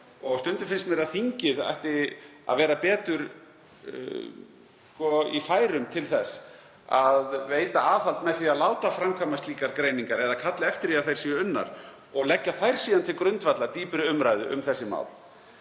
Stundum finnst mér að þingið ætti að vera betur í færum til þess að veita aðhald með því að láta framkvæma slíkar greiningar eða kalla eftir því að þær séu unnar og leggja þær síðan til grundvallar dýpri umræðu um þessi mál.